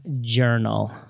Journal